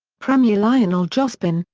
premier lionel jospin,